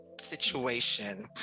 situation